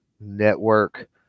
network